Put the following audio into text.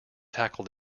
tackle